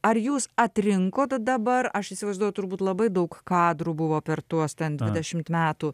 ar jūs atrinkot dabar aš įsivaizduoju turbūt labai daug kadrų buvo per tuos ten dvidešimt metų